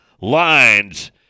lines